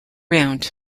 round